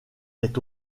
est